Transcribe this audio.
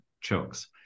chokes